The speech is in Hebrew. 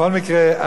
בכל מקרה,